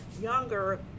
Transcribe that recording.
younger